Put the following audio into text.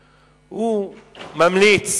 ממליץ.